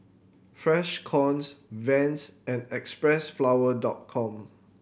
Freshkons Vans and Xpressflower Dot Com